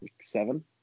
Seven